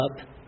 up